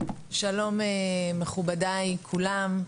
שלום מכובדיי כולם,